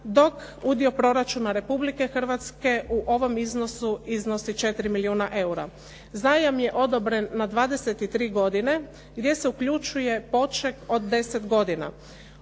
dok udio proračuna Republike Hrvatske u ovom iznosu iznosi 4 milijuna eura. Zajam je odobren na 23 godine, gdje se uključuje poček od 10 godina.